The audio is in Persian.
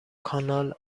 کانال